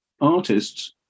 artists